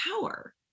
power